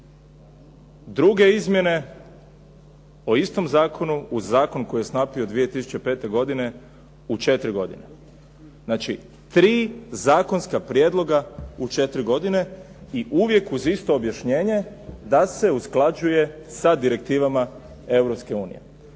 Druge izmjene o istom zakonu uz zakon koji je …/Govornik se ne razumije./… od 2005. godine u 4 godine. Znači tri zakonska prijedloga u 4 godine i uvijek uz isto objašnjenje da se usklađuje sa direktivama